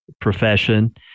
profession